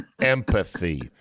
Empathy